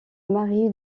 mari